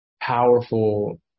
powerful